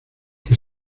que